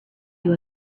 you